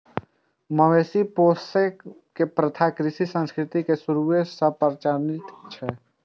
मवेशी पोसै के प्रथा कृषि संस्कृति के शुरूए सं प्रचलित छै